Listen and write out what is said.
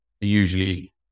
Usually